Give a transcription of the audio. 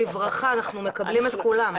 בברכה, אנחנו מקבלים את כולם.